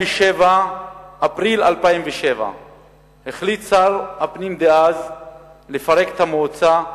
באפריל 2007 החליט שר הפנים דאז לפרק את המועצה,